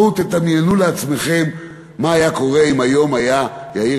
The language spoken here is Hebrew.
בואו דמיינו לעצמכם מה היה קורה אם היום היה יאיר